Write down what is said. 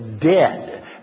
Dead